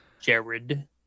Jared